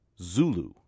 Zulu